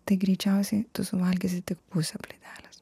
tai greičiausiai tu suvalgysi tik pusę plytelės